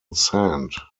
sand